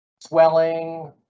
swelling